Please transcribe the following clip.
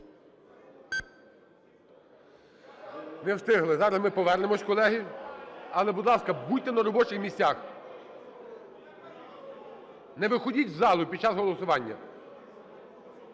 Не встигли. Зараз ми повернемося, колеги. Але, будь ласка, будьте на робочих місцях. Не виходіть з залу під час голосування.